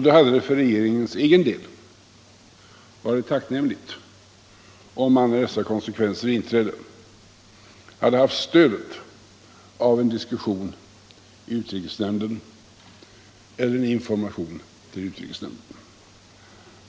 Då hade det för regeringens egen del varit tacknämligt om man, när dessa konsekvenser inträdde, hade haft stöd av en diskussion i utrikesnämnden eller av information till utrikesnämnden.